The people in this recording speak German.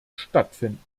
stattfinden